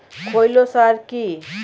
খৈল সার কি?